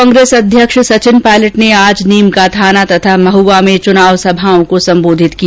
कांग्रेस अध्यक्ष सचिन पायलट ने आज नीम का थाना तथा महआ में च्नावी सभाओं को संबोधित किया